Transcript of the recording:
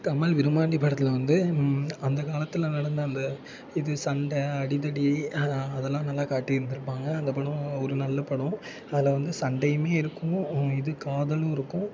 கமல் விருமாண்டி படத்தில் வந்து அந்த காலத்தில் நடந்த அந்த இது சண்டை அடிதடி அதெல்லாம் நல்லா காட்டியிருந்திருப்பாங்க அந்த படம் ஒரு நல்ல படம் அதில் வந்து சண்டையுமே இருக்கும் இது காதலும் இருக்கும்